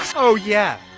oh yeah,